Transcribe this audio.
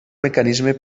mecanisme